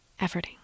efforting